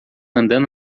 andando